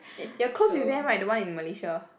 y~ you're close with them right the one in Malaysia